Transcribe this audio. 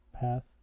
Path